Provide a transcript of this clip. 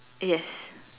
yes